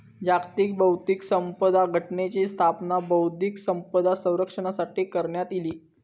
जागतिक बौध्दिक संपदा संघटनेची स्थापना बौध्दिक संपदा संरक्षणासाठी करण्यात इली